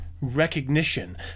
recognition